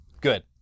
Good